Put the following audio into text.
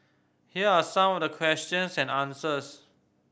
here are some of the questions and answers